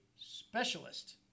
specialist